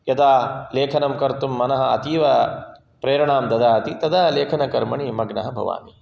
यदा लेखनं कर्तुं मनः अतीवप्रेरणां ददाति तदा लेखनकर्मणि मग्नः भवामि